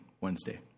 Wednesday